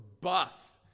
buff